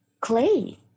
clay